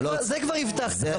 זה כבר הבטחת בחוק,